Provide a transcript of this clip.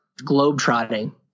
globetrotting